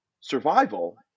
survival